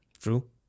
True